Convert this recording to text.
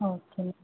okay